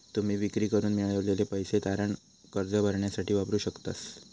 तुम्ही विक्री करून मिळवलेले पैसे तारण कर्ज भरण्यासाठी वापरू शकतास